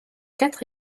quatre